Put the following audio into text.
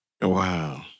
wow